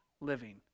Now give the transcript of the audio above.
living